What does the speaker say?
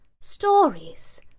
Stories